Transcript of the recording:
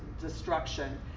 destruction